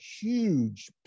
huge